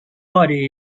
body